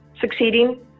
succeeding